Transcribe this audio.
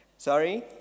sorry